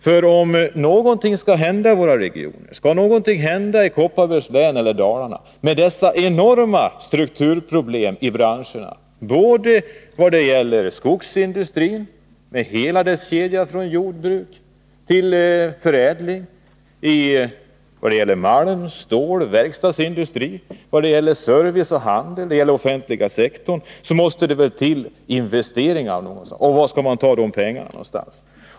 För om någonting skall hända i våra regioner, i Kopparbergs län eller Dalarna i övrigt, med dessa enorma strukturproblem i branscherna — såväl vad gäller skogsindustrin med hela dess kedja från jordbruk till förädling, malm, stål, verkstadsindustri som service, handel och den offentliga sektorn — så måste det väl till investeringar. Var skall man ta de pengarna någonstans?